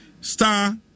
star